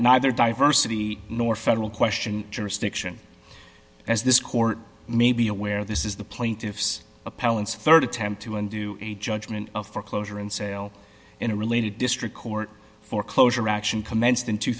neither diversity nor federal question jurisdiction as this court may be aware this is the plaintiff's appellants rd attempt to undo a judgment of foreclosure and sale in a related district court foreclosure action commenced in two